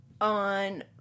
on